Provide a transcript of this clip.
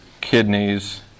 kidneys